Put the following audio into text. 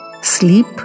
Sleep